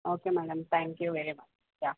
okay madam thank you very much